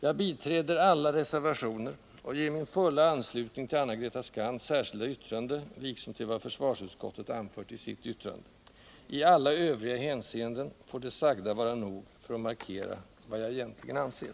Jag biträder alla reservationer och ger min fulla anslutning till Anna-Greta Skantz särskilda yttrande, liksom till vad försvarsutskottet anfört i sitt yttrande. I alla övriga hänseenden får det sagda vara nog för att markera vad jag egentligen anser.